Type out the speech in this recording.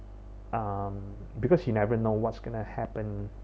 um because you never know what's gonna happen